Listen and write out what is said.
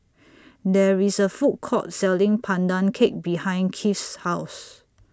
There IS A Food Court Selling Pandan Cake behind Kieth's House